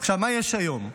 מה יש היום?